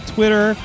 Twitter